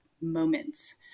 moments